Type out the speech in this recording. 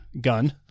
gun